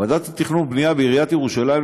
ועדה לתכנון ובנייה בעיריית ירושלים,